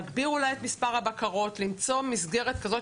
להגביר את מספר הבקרות ולמצוא מסגרת כזאת,